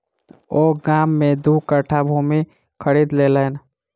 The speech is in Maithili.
ओ गाम में दू कट्ठा भूमि खरीद लेलैन